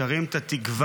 שרים את התקווה.